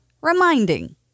reminding